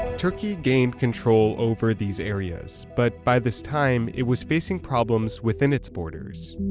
turkey gained control over these areas but by this time it was facing problems within its borders.